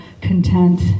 content